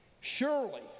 Surely